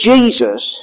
Jesus